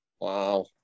Wow